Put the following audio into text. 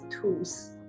tools